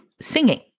singing